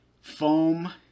foam